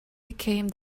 became